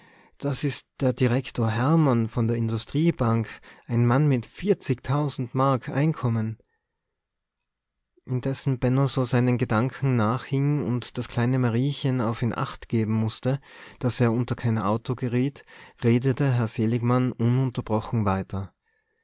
das is der direktor hermann von der industriebank ein mann mit vierzigtausend mark einkommen indessen benno so seinen gedanken nachhing und das kleine mariechen auf ihn achtgeben mußte daß er unter kein auto geriet redete herr seligmann ununterbrochen weiter